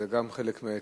אז זה גם חלק מההתייעלות.